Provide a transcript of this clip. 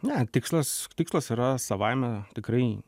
ne tikslas tikslas yra savaime tikrai